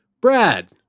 Brad